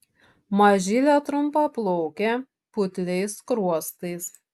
mažylė trumpaplaukė putliais skruostais